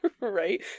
Right